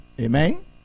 Amen